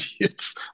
idiots